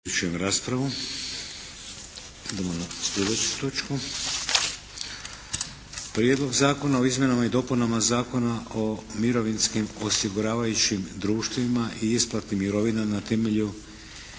Vladimir (HDZ)** Idemo na sljedeću točku. - Prijedlog zakona o izmjenama i dopunama Zakona o mirovinskim osiguravajućim društvima i isplati mirovina na temelju